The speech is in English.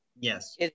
Yes